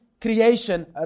creation